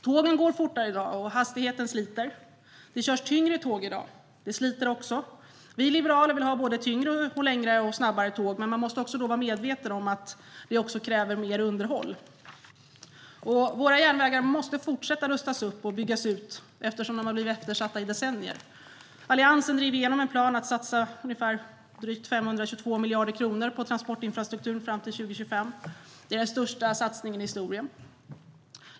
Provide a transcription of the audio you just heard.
Tågen går fortare i dag, och hastigheten sliter. Det körs tyngre tåg i dag, och det sliter också. Vi liberaler vill ha tyngre, längre och snabbare tåg, men då måste man vara medveten om att det också kräver mer underhåll. Våra järnvägar måste fortsätta att rustas upp och byggas ut, eftersom de har blivit eftersatta i flera decennier. Alliansen drev igenom en plan om att satsa 522 miljarder kronor på transportinfrastruktur fram till 2025. Det är den största satsningen i historien.